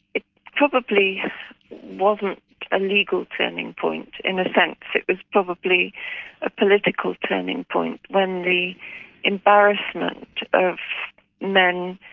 it probably wasn't a legal turning point in a sense, it was probably a political turning point when the embarrassment of men